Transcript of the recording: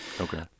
Okay